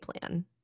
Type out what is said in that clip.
plan